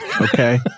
okay